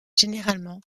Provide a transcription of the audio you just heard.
généralement